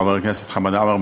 חבר הכנסת חמד עמאר,